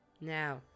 Now